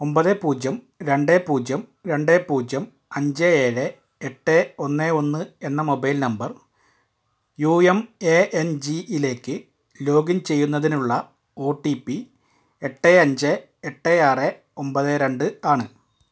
ഒമ്പത് പൂജ്യം രണ്ട് പൂജ്യം രണ്ട് പൂജ്യം അഞ്ച് ഏഴ് എട്ട് ഒന്ന് ഒന്ന് എന്ന mobile number U M A N G യിലേക്ക് ലോഗിൻ ചെയ്യുന്നതിനുള്ള ഒ ടി പി എട്ട് അഞ്ച് എട്ട് ആറ് ഒമ്പത് രണ്ട് ആണ്